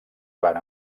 van